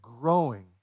growing